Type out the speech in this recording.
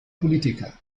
politiker